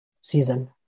season